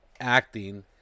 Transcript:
acting